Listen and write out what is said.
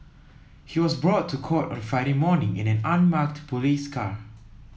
he was brought to court on Friday morning in an unmarked police car